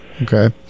Okay